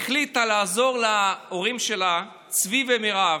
החליטה לעזור להורים שלה, צבי ומירב,